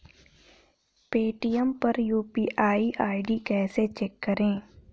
Paytm पर UPI ID कैसे check करें?